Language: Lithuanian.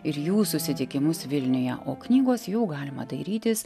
ir jų susitikimus vilniuje o knygos jau galima dairytis